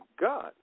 God